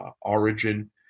origin